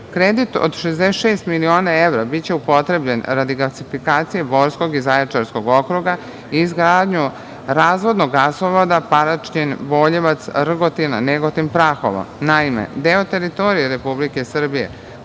Kredit od 66 miliona evra biće upotrebljen radi gasifikacije Borskog i Zaječarskog okruga i izgradnju razvodnog gasovoda Paraćin-Boljevac-Rgotina-Negotin-Prahovo. Naime, deo teritorije Republike Srbije